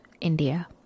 India